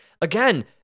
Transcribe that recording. again